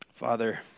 Father